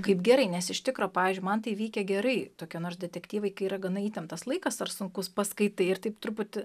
kaip gerai nes iš tikro pavyzdžiui man tai vykę gerai tokie nors detektyvai kai yra gana įtemptas laikas ar sunkus paskaitai ir taip truputį